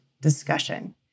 discussion